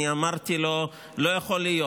אני אמרתי לו: לא יכול להיות.